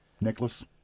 Nicholas